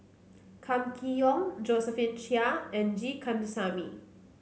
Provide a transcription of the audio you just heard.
Kam Kee Yong Josephine Chia and G Kandasamy